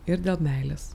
ir dėl meilės